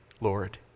Lord